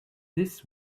this